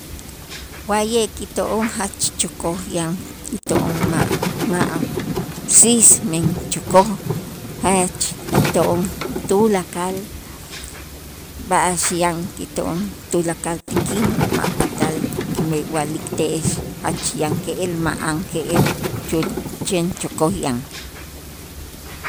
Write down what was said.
Wa'ye' kito'on jach chokoj yan kito'on ma' ma' asiis men chokoj jach kito'on tulakal b'a'ax yan kito'on, tulakal ti k'in ma' patal kime wa'likte'ex jach yan ke'el ma'an ke'el chen chokoj yan.